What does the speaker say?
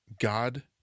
God